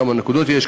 כמה נקודות יש,